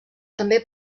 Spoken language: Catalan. també